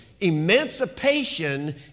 Emancipation